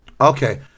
Okay